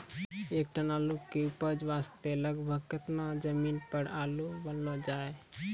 एक टन आलू के उपज वास्ते लगभग केतना जमीन पर आलू बुनलो जाय?